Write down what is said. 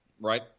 right